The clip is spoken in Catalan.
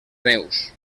neus